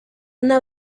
una